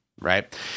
Right